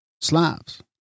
Slavs